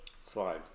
slide